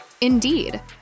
Indeed